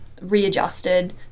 readjusted